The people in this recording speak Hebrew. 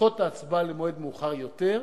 לדחות את ההצבעה למועד מאוחר יותר,